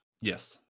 Yes